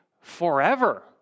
forever